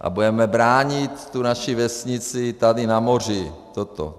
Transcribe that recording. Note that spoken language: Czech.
A budeme bránit naši vesnici tady na moři, toto.